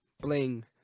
Bling